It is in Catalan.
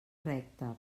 recta